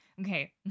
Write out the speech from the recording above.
okay